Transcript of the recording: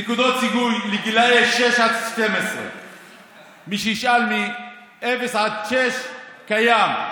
נקודות זיכוי לגילי שש עד 12. מאפס עד שש זה קיים,